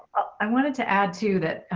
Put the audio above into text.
i wanted to add to that.